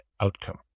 outcome